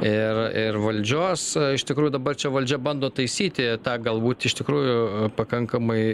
ir ir valdžios iš tikrųjų dabar čia valdžia bando taisyti tą galbūt iš tikrųjų pakankamai